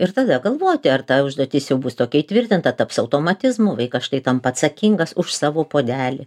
ir tada galvoti ar ta užduotis jau bus tokia įtvirtinta taps automatizmu vaikas štai tampa atsakingas už savo puodelį